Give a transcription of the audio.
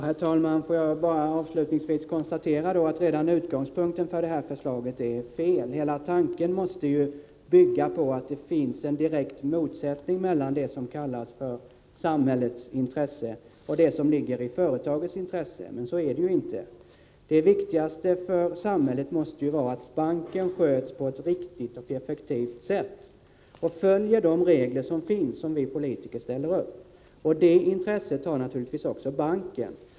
Herr talman! Avslutningsvis vill jag konstatera att redan utgångspunkten för detta förslag är felaktig. Hela tanken måste bygga på att det finns en direkt motsättning mellan det som kallas samhällets intresse och det som ligger i företagets intresse. Men så är det ju inte. Det viktigaste för samhället måste vara att banken sköts på ett riktigt och effektivt sätt och följer de regler som vi politiker har ställt upp. Detta intresse har naturligtvis också banken.